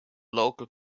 local